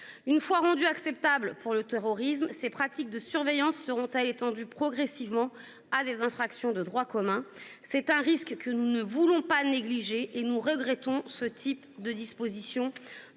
Une fois rendues acceptables pour le terrorisme, ces pratiques de surveillance seront-elles étendues progressivement à des infractions de droit commun ? C'est un risque que nous ne voulons pas négliger et nous regrettons que, par ce type de disposition,